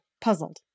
puzzled